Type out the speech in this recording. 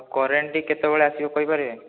current ଟି କେତବେଳେ ଆସିବ କହିପାରିବେ